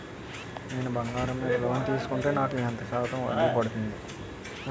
నేను బంగారం మీద లోన్ తీసుకుంటే నాకు ఎంత శాతం వడ్డీ పడుతుంది?